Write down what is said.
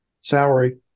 salary